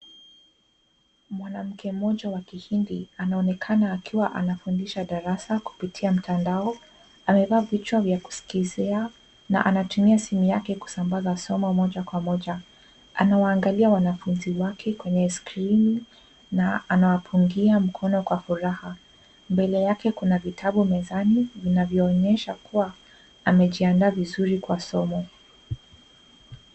Mwanamke mmoja wa kihindi, anaonekana akiwa anafundisha darasa kupitia mtandao, amevaa vichwa vya kusikizia, na anatumia simu yake kusambaza somo moja kwa moja. Anawaangalia wanafunzi wake kwenye skrini, na anawapungia mkono kwa furaha. Mbele yake kuna vitabu mezani, vinavyoonyesha kuwa amejiandaa vizuri kwa somo.